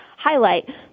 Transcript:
highlight